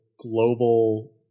global